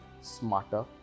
smarter